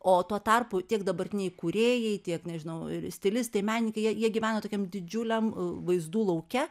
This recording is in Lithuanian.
o tuo tarpu tiek dabartiniai kūrėjai tiek nežinau ir stilistai menininkai jie jie gyvena tokiam didžiuliam vaizdų lauke